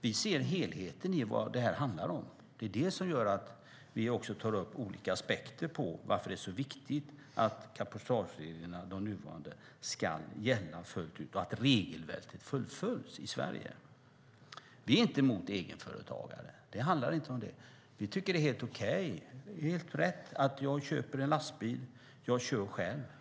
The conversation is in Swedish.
Vi ser helheten i vad detta handlar om. Det är det som gör att vi tar upp olika aspekter på varför det är så viktigt att de nuvarande cabotagereglerna ska gälla fullt ut och att regelverket fullföljs i Sverige. Vi är inte emot egenföretagare; det handlar inte om det. Vi tycker att det är helt okej och helt rätt att man köper en lastbil och kör själv.